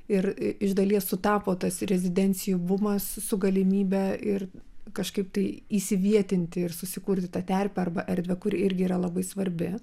ir iš dalies sutapo tas rezidencijų bumas su galimybe ir kažkaip tai įsivietinti ir susikurti tą terpę arba erdvę kuri irgi yra labai svarbi